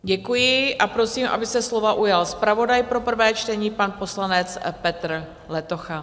Děkuji a prosím, aby se slova ujal zpravodaj pro prvé čtení, pan poslanec Petr Letocha.